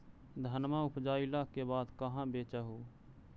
धनमा उपजाईला के बाद कहाँ बेच हू?